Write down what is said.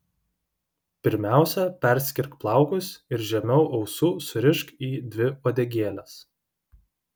pirmiausia perskirk plaukus ir žemiau ausų surišk į dvi uodegėles